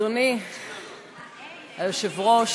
אדוני היושב-ראש,